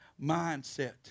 mindset